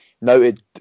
Noted